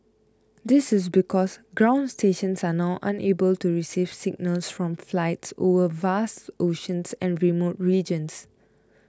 this is because ground stations are now unable to receive signals from flights over vast oceans and remote regions